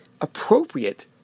appropriate